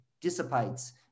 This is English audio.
dissipates